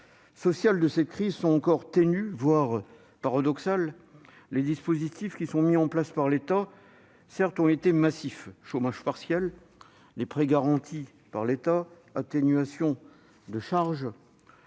sociales de cette crise sont encore ténues, voire paradoxales. Les dispositifs mis en place par l'État ont été massifs : chômage partiel ; prêts garantis par l'État ; annulation de charges